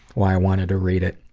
why i wanted to read it.